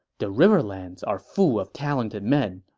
the riverlands are full of talented men.